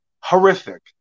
Horrific